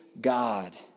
God